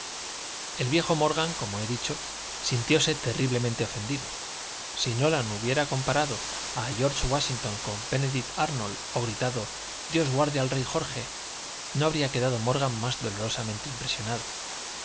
el viejo morgan como he dicho sintióse terriblemente ofendido si nolan hubiera comparado a george wáshington con bénedict árnold o gritado dios guarde al rey george no habría quedado morgan más dolorosamente impresionado